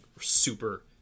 super